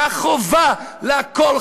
כך חובה לעקור,